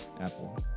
Apple